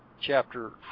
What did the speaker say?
chapter